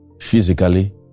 Physically